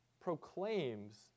proclaims